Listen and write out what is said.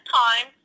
time